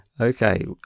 okay